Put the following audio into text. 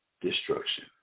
destruction